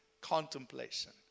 Contemplation